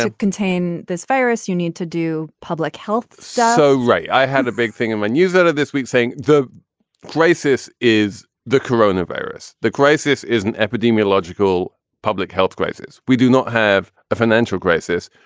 and contain this virus. you need to do public health so. right. i had a big thing in my newsletter this week saying the crisis is the corona virus. the crisis is an epidemiological public health crisis. we do not have a financial crisis.